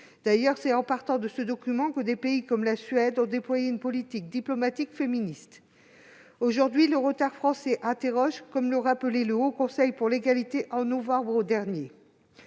D'ailleurs, c'est en partant de ce document que des pays comme la Suède ont déployé une politique diplomatique féministe. Aujourd'hui, le retard français interroge, comme le rappelait le Haut Conseil à l'égalité entre les